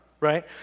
Right